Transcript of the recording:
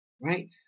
right